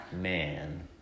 Man